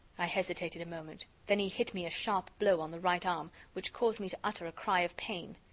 i hesitated a moment. then he hit me a sharp blow on the right arm, which caused me to utter a cry of pain.